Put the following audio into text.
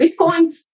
bitcoins